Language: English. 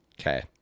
Okay